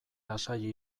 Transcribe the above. lasai